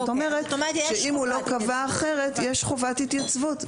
זאת אומרת, אם הוא לא קבע אחרת, יש חובת התייצבות.